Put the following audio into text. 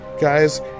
guys